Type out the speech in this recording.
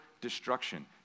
destruction